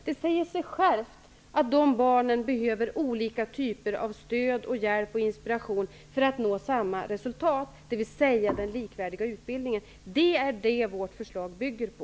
Det säger sig självt att dessa barn behöver olika typer av stöd, hjälp och inspiration för att nå samma resultat, dvs. den likvärdiga utbildningen. Det är detta vårt förslag bygger på.